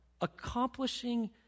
accomplishing